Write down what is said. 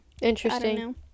Interesting